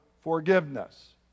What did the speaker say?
forgiveness